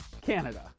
Canada